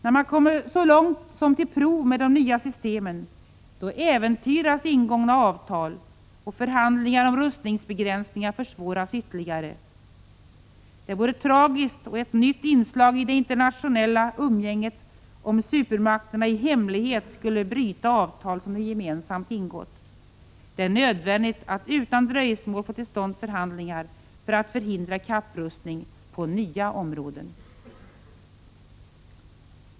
När man kommer så långt som till prov med de nya systemen äventyras ingångna avtal, och förhandlingar om rustningsbegränsningar försvåras ytterligare. Det vore tragiskt och ett nytt inslag i det internationella umgänget om supermakterna i hemlighet skulle bryta mot avtal som de gemensamt ingått. Det är nödvändigt att utan dröjsmål få till stånd förhandlingar för att förhindra kapprustning på nya områden.